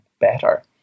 better